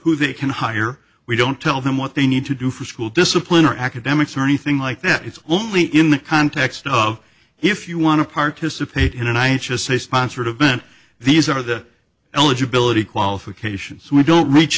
who they can hire we don't tell them what they need to do for school discipline or academics or anything like that it's only in the context of if you want to participate in an i just say sponsored event these are the eligibility qualifications we don't reach